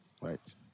right